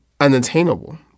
unattainable